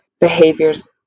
behaviors